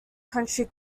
county